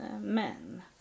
men